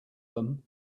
them